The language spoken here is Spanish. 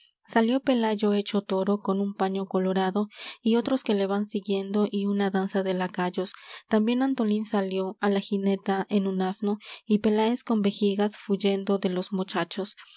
al desposado salió pelayo hecho toro con un paño colorado y otros que le van siguiendo y una danza de lacayos también antolín salió á la jineta en un asno y peláez con vejigas fuyendo de los mochachos